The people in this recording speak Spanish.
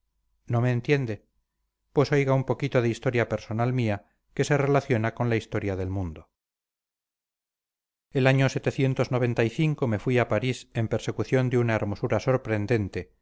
no me entiende pues oiga un poquito de historia personal mía que se relaciona con la historia del mundo el año me fui a parís en persecución de una hermosura sorprendente